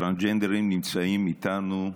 טרנסג'נדרים נמצאים איתנו.